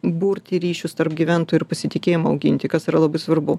burti ryšius tarp gyventojų ir pasitikėjimą auginti kas yra labai svarbu